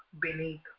Beneath